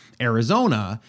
Arizona